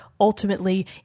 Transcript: ultimately